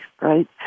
right